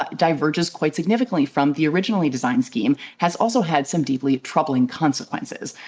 ah diverges quite significantly from the originally designed scheme, has also had some deeply troubling consequences.